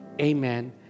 amen